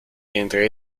entre